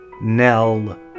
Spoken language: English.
Nell